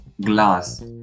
glass